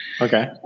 Okay